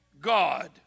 God